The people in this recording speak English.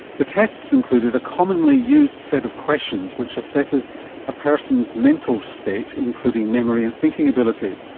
the tests included a commonly used set of questions which assesses a person's mental state including memory and thinking ability.